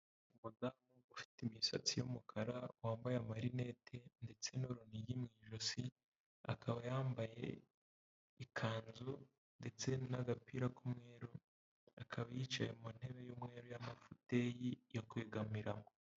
Umukobwa ufite imisatsi y'umukara wambaye amarinete ndetse n'urunigi mu ijosi, akaba yambaye ikanzu ndetse n'agapira k'umweru, akaba yicaye mu ntebe y'umweru y'amafuteyi yo kwegamiramo.